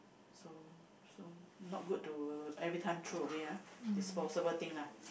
so so not good to everytime throw away ah disposable things lah